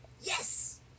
Yes